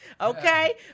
okay